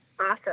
Awesome